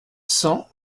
cent